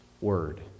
Word